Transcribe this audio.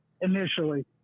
initially